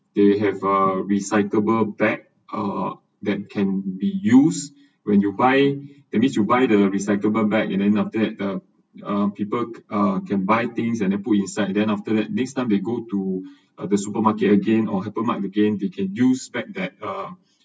they have a recyclable bag uh that can be used when you buy that means you buy the recyclable bag and then after that uh uh people uh can buy things and then put inside then after that next time they go to the supermarket again or hypermart again they can use back that uh